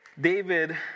David